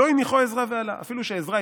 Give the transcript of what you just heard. "לא הניחו עזרא ועלה" אפילו שעזרא,